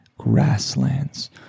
Grasslands